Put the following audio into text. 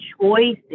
choices